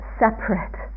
separate